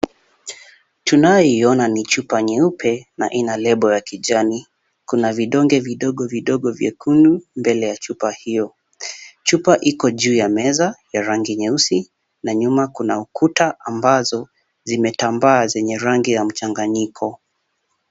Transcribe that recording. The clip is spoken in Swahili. Tunayoiona ni chupa nyeupe na ina lebo ya kijani. Kuna vidonge vidogo vidogo vyekundu mbele ya chupa hiyo. Chupa iko juu ya meza, ya rangi nyeusi, na nyuma kuna ukuta ambazo zimetambaa zenye rangi ya mchanganyiko.